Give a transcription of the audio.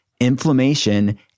inflammation